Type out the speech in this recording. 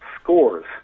scores